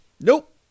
Nope